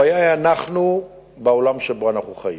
הבעיה היא בעולם שבו אנחנו חיים.